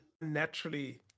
naturally